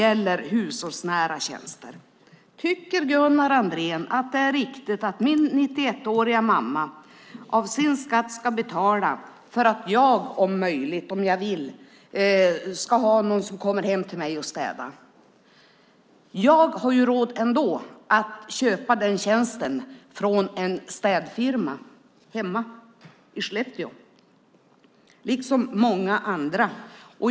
Beträffande hushållsnära tjänster vill jag fråga Gunnar Andrén om han tycker att det är rätt att min 91-åriga mamma ska betala av sin skatt för att jag, om jag vill, ska ha någon som kommer hem till mig och städar. Jag har ju råd att köpa den tjänsten av en städfirma i min hemstad Skellefteå. Detsamma gäller många andra.